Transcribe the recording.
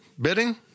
bidding